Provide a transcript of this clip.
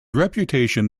reputation